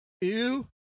ew